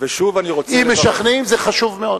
אם משכנעים זה חשוב מאוד.